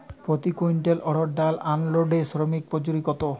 প্রতি কুইন্টল অড়হর ডাল আনলোডে শ্রমিক মজুরি কত?